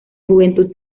juventud